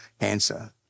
answer